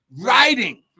writing